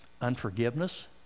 unforgiveness